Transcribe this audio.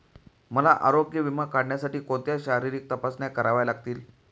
मला आरोग्य विमा काढण्यासाठी कोणत्या शारीरिक तपासण्या कराव्या लागतील?